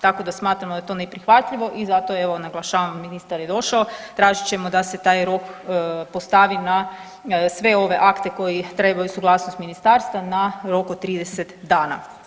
Tako da smatramo da je to neprihvatljivo i zato evo naglašavam, ministar je došao, tražit ćemo da se taj rok postavi na sve ove akte koji trebaju suglasnost ministarstva na rok od 30 dana.